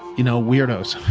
you know, weirdos.